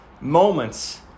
moments